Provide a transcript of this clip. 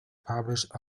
published